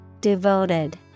Devoted